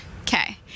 Okay